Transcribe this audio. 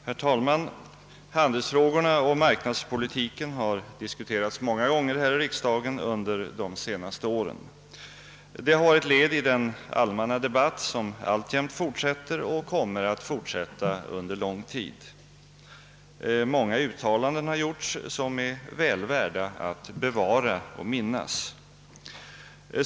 Herr talman! Handelsfrågorna och marknadspolitiken har = diskuterats många gånger här i riksdagen under de senaste åren. Det har varit ett led i den allmänna debatt som alltjämt fortsätter och kommer att fortsätta under lång tid. Många uttalanden har gjorts som det är väl värt att bevara och minnas.